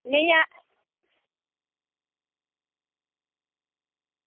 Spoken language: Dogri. नेईं आ